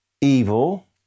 Evil